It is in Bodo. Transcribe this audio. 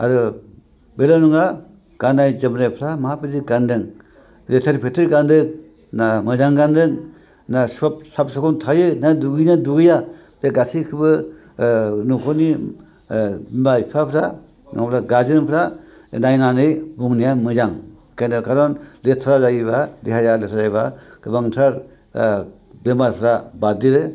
आरो बेल' नङा गाननाय जोमनायफ्रा माबायदि गान्दों लेथेर फेथेर गान्दों ना मोजां गान्दों ना साब सिखुन थायो ना दुगैयो ना दुगैया बे गासैखौबो न'खरनि बिमा बिफाफ्रा नङाबा गारजेनफ्रा नायनानै बुंनाया मोजां खारन लेथ्रा जायोबा देहाया लेथ्रा जायोबा गोबांथार बेमारफ्रा बारदेरो